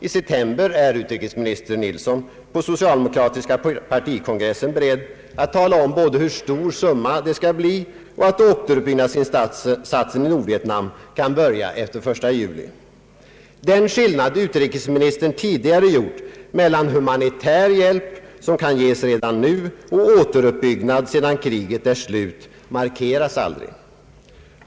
I september är utrikesminis ter Nilsson på socialdemokratiska partikongressen beredd att tala om både hur stor summa det skall bli och att återuppbyggnadsinsatsen i Nordvietnam kan börja efter den 1 juli. Den skillnad utrikesministern tidigare gjort mellan humanitär hjälp som kan ges redan nu och återuppbyggnad sedan kriget är slut markeras aldrig.